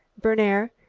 berner,